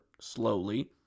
Slowly